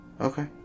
Okay